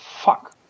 fuck